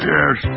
Yes